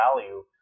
value